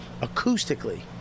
acoustically